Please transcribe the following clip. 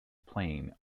plane